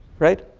right.